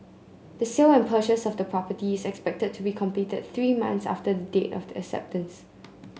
the sale and purchase of the property is expected to be completed three months after the date of the acceptance